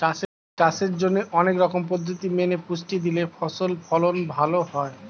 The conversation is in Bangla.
চাষের জন্যে অনেক রকম পদ্ধতি মেনে পুষ্টি দিলে ফসল ফলন ভালো হয়